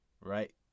right